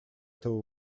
этого